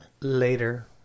Later